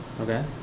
Okay